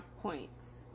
points